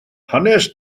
hanes